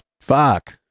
Fuck